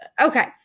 Okay